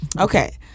Okay